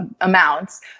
amounts